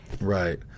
Right